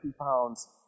pounds